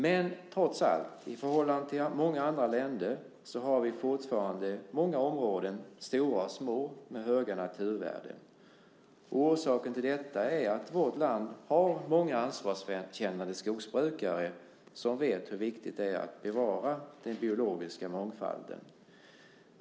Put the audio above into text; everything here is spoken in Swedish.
Men trots allt: I förhållande till många andra länder har vi fortfarande många områden, stora och små, med stora naturvärden. Orsaken till detta är att vårt land har många ansvarskännande skogsbrukare som vet hur viktigt det är att bevara den biologiska mångfalden.